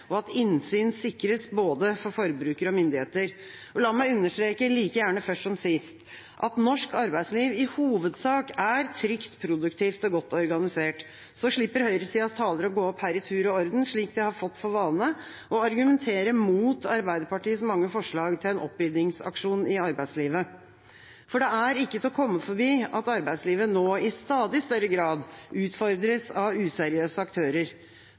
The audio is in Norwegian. og at innsyn sikres både for forbruker og myndigheter.» La meg understreke, like gjerne først som sist, at norsk arbeidsliv i hovedsak er trygt, produktivt og godt organisert. Så slipper høyresidas talere å gå opp her i tur og orden, slik de har fått for vane, og argumentere mot Arbeiderpartiets mange forslag til en oppryddingsaksjon i arbeidslivet. For det er ikke til å komme forbi at arbeidslivet nå i stadig større grad utfordres av useriøse aktører.